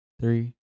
Three